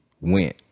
went